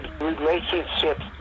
relationships